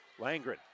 Langren